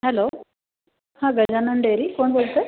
hello हां Gajanan dairy कोण बोलतं आहे